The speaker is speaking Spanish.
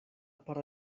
para